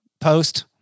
Post